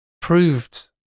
proved